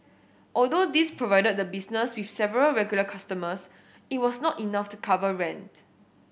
although these provided the business with several regular customers it was not enough to cover rent